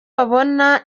babona